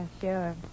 sure